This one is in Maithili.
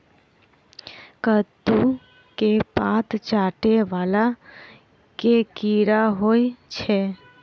कद्दू केँ पात चाटय वला केँ कीड़ा होइ छै?